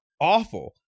awful